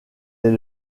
est